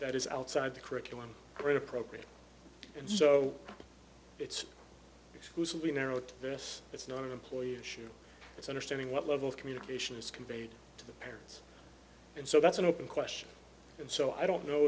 that is outside the curriculum grade appropriate and so it's exclusively narrowed to this it's not an employee issue it's understanding what level of communication is conveyed to the parents and so that's an open question and so i don't know